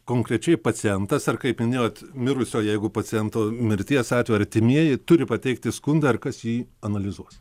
konkrečiai pacientas ar kaip minėjot mirusio jeigu paciento mirties atveju artimieji turi pateikti skundą ir kas jį analizuos